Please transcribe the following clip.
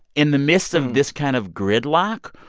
in the midst of this kind of gridlock,